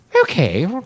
Okay